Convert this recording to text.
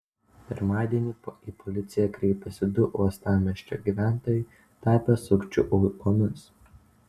pirmadienį į policiją kreipėsi du uostamiesčio gyventojai tapę sukčių aukomis